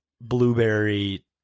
blueberry